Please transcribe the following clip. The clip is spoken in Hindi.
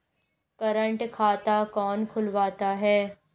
करंट खाता कौन खुलवाता है?